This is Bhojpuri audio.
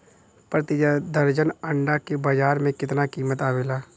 प्रति दर्जन अंडा के बाजार मे कितना कीमत आवेला?